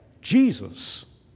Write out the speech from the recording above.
Jesus